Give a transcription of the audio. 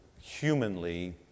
humanly